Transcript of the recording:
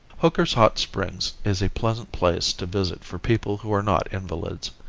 hooker's hot springs is a pleasant place to visit for people who are not invalids.